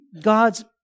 God's